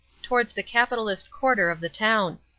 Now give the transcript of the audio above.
towards the capitalist quarter of the town.